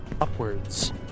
upwards